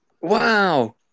Wow